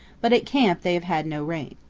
but at camp they have had no rain.